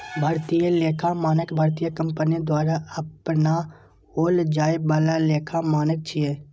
भारतीय लेखा मानक भारतीय कंपनी द्वारा अपनाओल जाए बला लेखा मानक छियै